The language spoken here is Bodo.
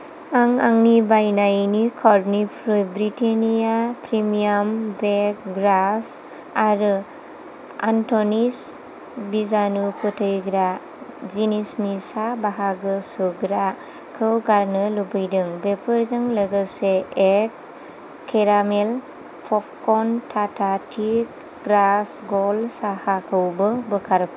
आं आंनि बायनायनि कार्डनिप्रुय ब्रिटिनिया प्रिमियाम बेक ग्रास आरो आन्त'निस्ट बिजानु फैथैग्रा जिनिसनि सा बाहागो सोग्राखौ गारनो लुबैदों बेफोरजों लोगोसे एड केरामेल पपर्कन टाटा टि ग्रास गल्ड साहाखौबो बोखारफा